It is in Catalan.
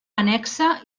annexa